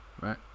right